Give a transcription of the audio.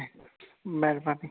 महिरबानी